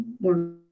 more